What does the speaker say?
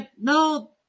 no